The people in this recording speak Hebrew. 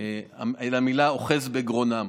המילים "אוחז בגרונם".